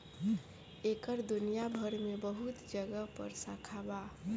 एकर दुनिया भर मे बहुत जगह पर शाखा बा